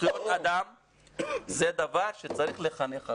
זכויות אדם זה דבר שצריך לחנך עליו,